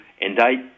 indict